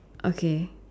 okay